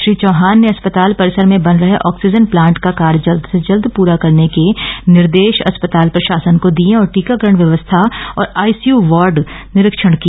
श्री चौहान ने अस्पताल परिसर में बन रहे ऑक्सीजन प्लांट का कार्य जल्द से जल्द पूरा करने के निर्देश अस्पताल प्रशासन को दिए और टीकाकरण व्यवस्था और आईसीयू वार्ड निरीक्षण किया